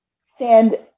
send